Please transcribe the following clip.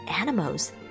Animals